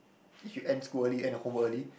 if you end school early end your homework early